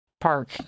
park